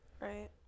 Right